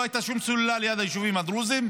לא הייתה שום סוללה ליד היישובים הדרוזיים.